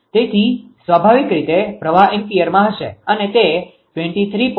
તેથી સ્વાભાવિક રીતે પ્રવાહ એમ્પીયરમાં હશે અને તે 23